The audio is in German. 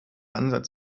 ansatz